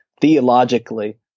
theologically